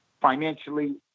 financially